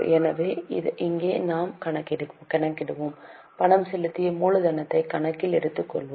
எனவே இங்கே நாம் கணக்கிடுவோம் பணம் செலுத்திய மூலதனத்தை கணக்கில் எடுத்துக்கொள்வோம்